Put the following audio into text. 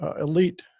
elite